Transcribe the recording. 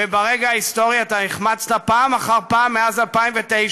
וברגע ההיסטורי אתה החמצת פעם אחר פעם מאז 2009,